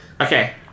Okay